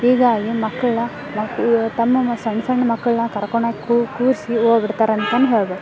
ಹೀಗಾಗಿ ಮಕ್ಕಳ ಮಕ್ಕಳು ತಮ್ಮ ಮ ಸಣ್ಣ ಸಣ್ಣ ಮಕ್ಕಳನ್ನ ಕರ್ಕೊಳಕ್ಕೂ ಕೂರಿಸಿ ಓ ಬಿಡ್ತಾರೆ ಅಂತಂದ್ ಹೇಳ್ಬೋದು